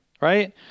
right